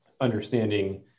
understanding